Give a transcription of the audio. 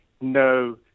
no